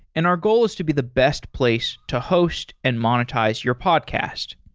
and our goal is to be the best place to host and monetize your podcast.